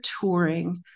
touring